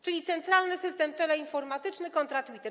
Czyli centralny system teleinformatyczny kontra Twitter.